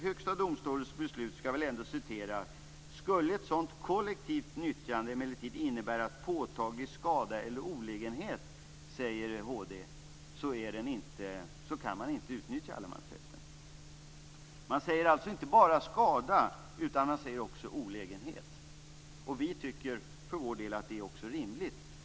Högsta domstolen skriver i sitt beslut att om ett sådant kollektivt nyttjande skulle innebära påtaglig skada eller olägenhet kan man inte utnyttja allemansrätten. Man talar alltså inte bara om skada, utan man talar också om olägenhet. Vi tycker för vår del att detta är rimligt.